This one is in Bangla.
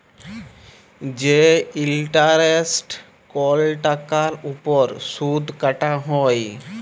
যে ইলটারেস্ট কল টাকার উপর সুদ কাটা হ্যয়